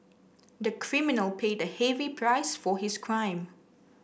the criminal paid a heavy price for his crime